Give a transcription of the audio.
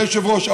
אדוני היושב-ראש,